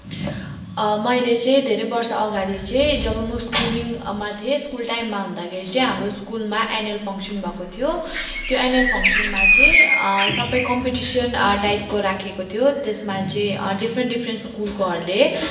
मैले चाहिँ धेरै वर्ष अघाडि चाहिँ जब म स्कुलिङमा थिएँ स्कुल टाइममा हुँदाखेरि चाहिँ हाम्रो स्कुलमा एनुवल फङ्सन भएको थियो त्यो एनुवल फङ्सनमा चाहिँ सबै कम्पिटिसन टाइपको राखेको थियो त्यसमा चाहिँ डिफरेन्ट डिफरेन्ट स्कुलकोहरूले